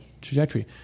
trajectory